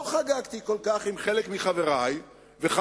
לא חגגתי כל כך עם חלק מחברי וחברותי,